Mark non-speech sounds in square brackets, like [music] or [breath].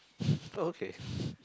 [breath] okay [breath]